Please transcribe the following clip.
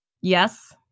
Yes